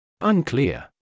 Unclear